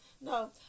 no